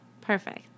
Perfect